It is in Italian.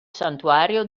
santuario